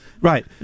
Right